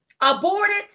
aborted